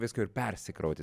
visko ir persikrauti